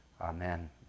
Amen